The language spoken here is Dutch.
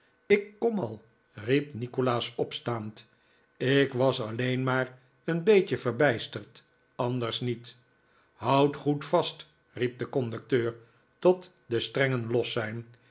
ik kom al riep nikolaas opstaand ik was alleen maar een beetje verbijsterd anders niet houd goed vast riep de conducteur tot de strengen los zijn